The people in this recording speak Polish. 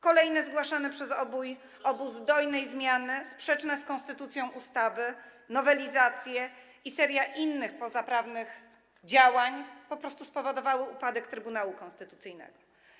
Kolejne zgłaszane przez obóz dojnej zmiany sprzeczne z konstytucją ustawy, nowelizacje i seria innych pozaprawnych działań po prostu spowodowały upadek Trybunału Konstytucyjnego.